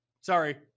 Sorry